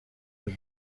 der